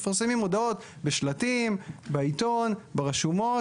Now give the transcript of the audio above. מפרסמים הודעות בשלטים, בעיתון, ברשומות.